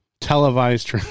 televised